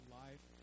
life